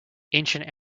ancient